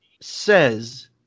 says